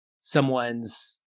someone's